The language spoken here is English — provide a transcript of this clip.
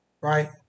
Right